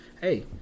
hey